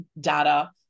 data